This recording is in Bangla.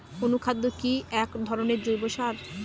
অনুখাদ্য কি এক ধরনের জৈব সার?